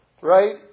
right